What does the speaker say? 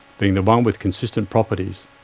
being the one with consistent properties.